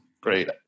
great